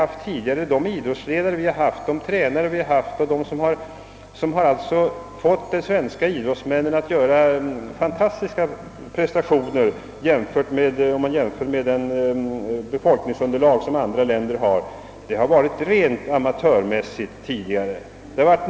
Den utbildning, som idrottsledare och tränare tidigare har erhållit och med hjälp av vilken de kunnat få svenska idrottsmän att göra fantastiska prestationer, jämfört med idrottsmän från länder med helt annat befolkningsunderlag, har varit rent amatörmässig.